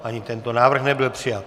Ani tento návrh nebyl přijat.